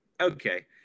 okay